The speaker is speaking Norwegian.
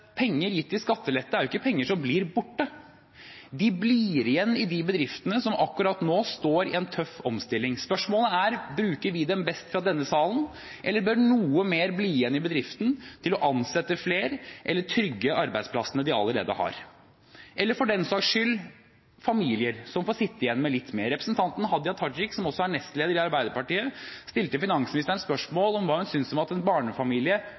penger gitt i skattelette ikke er penger som blir borte. De blir igjen i de bedriftene som akkurat nå står i en tøff omstilling. Spørsmålet er: Bruker vi dem best fra denne salen, eller bør noe mer bli igjen i bedriften – til å ansette flere eller trygge arbeidsplassene de allerede har? Eller for den saks skyld – at familier får sitte igjen med litt mer? Representanten Hadia Tajik, som også er nestleder i Arbeiderpartiet, stilte finansministeren spørsmål om hva hun syntes om at en barnefamilie